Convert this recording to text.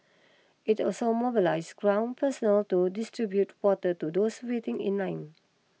it also mobilize ground personnel to distribute water to those waiting in line